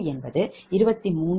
1512X0